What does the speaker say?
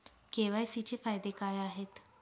KYC चे फायदे काय आहेत?